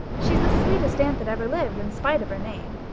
she's the sweetest aunt that ever lived, in spite of her name.